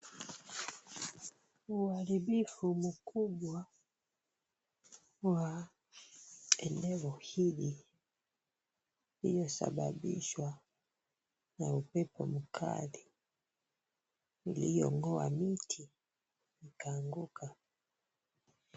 Uharibifu mkubwa wa eneo hili limesababishwa na upepo mkali uliong'oa miti ikaanguka.